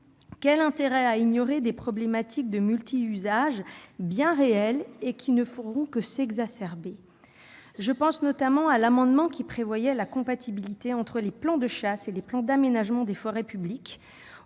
l'intérêt d'ignorer des problématiques de multiusages bien réels, qui ne feront que s'exacerber ? Je pense notamment à l'amendement qui visait à prévoir la compatibilité entre les plans de chasse et les plans d'aménagement des forêts publiques,